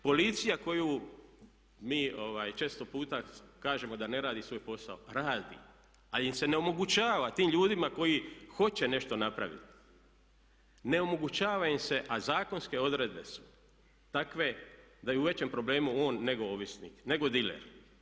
Policija koju mi često puta kažemo da ne radi svoj posao, radi ali im se ne omogućava, tim ljudima koji hoće nešto napraviti, ne omogućava im se a zakonske odredbe su takve da je u većem problemu on nego ovisnik, nego diler.